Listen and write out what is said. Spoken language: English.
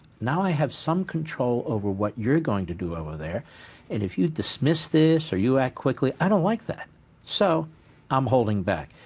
now i have some control over what you're going to do over there and if you dismiss this or act quickly, i don't like that so i'm holding back.